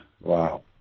Wow